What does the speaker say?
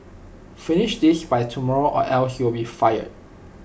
finish this by tomorrow or else you'll be fired